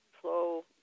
flow